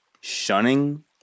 shunning